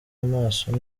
amaso